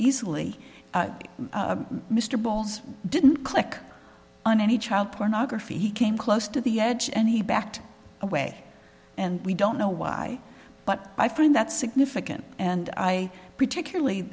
y mr balls didn't click on any child pornography he came close to the edge and he backed away and we don't know why but i find that significant and i particularly